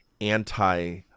anti